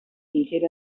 seated